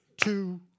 Two